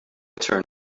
turned